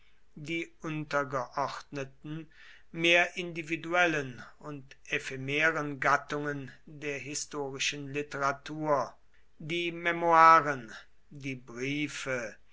die untergeordneten mehr individuellen und ephemeren gattungen der historischen literatur die memorien die briefe